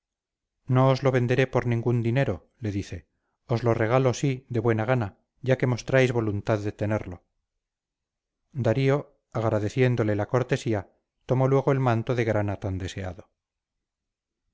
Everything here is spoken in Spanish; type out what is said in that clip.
os lo venderé por ningún dinero le dice os lo regalo sí de buena gana ya que mostráis voluntad de tenerlo darío agradeciéndole la cortesía tomó luego el manto de grana tan deseado